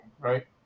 right